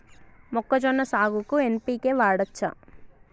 మొక్కజొన్న సాగుకు ఎన్.పి.కే వాడచ్చా?